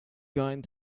going